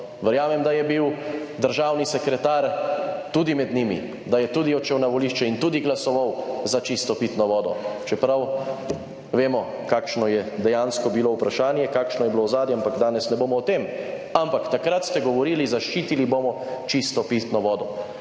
Verjamem, da je bil državni sekretar tudi med njimi, da je tudi odšel na volišče in tudi glasoval za čisto pitno vodo, čeprav vemo kakšno je dejansko bilo vprašanje, kakšno je bilo ozadje, ampak danes ne bomo o tem. Ampak takrat ste govorili, zaščitili bomo čisto pitno vodo.